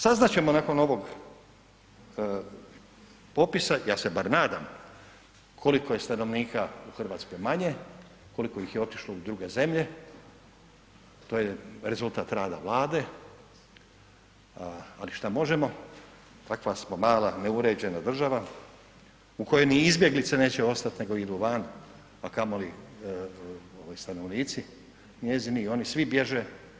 Saznat ćemo nakon ovog popisa, ja se bar nadam koliko je stanovnika u Hrvatskoj manje, koliko ih je otišlo u druge zemlje, to je rezultat rada Vlade, ali šta možemo, takva smo mala neuređena država u kojoj ni izbjeglice neće ostati nego idu van, a kamoli stanovnici njezini i oni svi bježe.